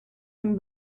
him